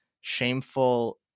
shameful